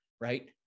right